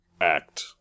act